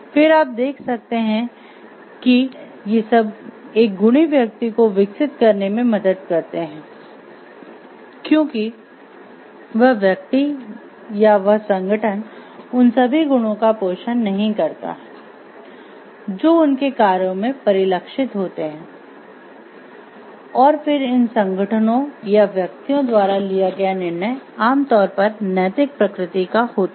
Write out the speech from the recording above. फिर आप देख सकते हैं कि ये सब एक गुणी व्यक्ति को विकसित करने में मदद करते है क्योंकि वह व्यक्ति या वह संगठन उन सभी गुणों का पोषण नहीं करता है जो उनके कार्यों में परिलक्षित होते हैं और फिर इन संगठनों या व्यक्तियों द्वारा लिया गया निर्णय आम तौर पर नैतिक प्रकृति का होता है